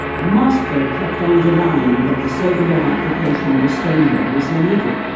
moscow kept on denying that the soviet occupation of estonia was illegal.